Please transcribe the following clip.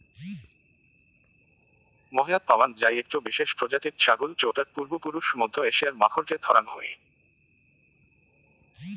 মোহেয়াৎ পাওয়াং যাই একটো বিশেষ প্রজাতির ছাগল যৌটার পূর্বপুরুষ মধ্য এশিয়ার মাখরকে ধরাং হই